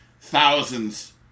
thousands